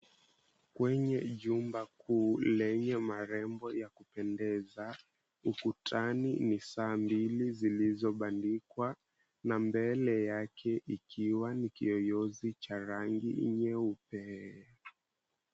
Kwenye jumba kuu lenye marembo ya kupendeza. Ukutani ni saa mbili zilizobandikwa, na mbele yake ikiwa ni kiyoyozi cha rangi nyeupe.